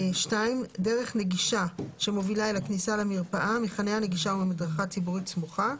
דרך נגישה שמובילה אל הכניסה למרפאה מחניה נגישה וממדרכה ציבורית סמוכה.